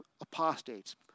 apostates